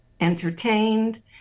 entertained